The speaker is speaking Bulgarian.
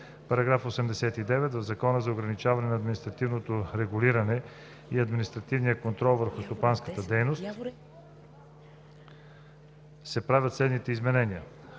§ 89: „§ 89. В Закона за ограничаване на административното регулиране и административния контрол върху стопанската дейност (обн., ДВ, бр. …) се правят следните изменения: